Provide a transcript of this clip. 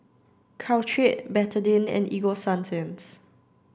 Caltrate Betadine and Ego Sunsense